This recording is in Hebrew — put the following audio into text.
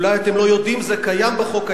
אולי אתם לא יודעים, זה קיים בחוק הישראלי.